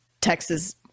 texas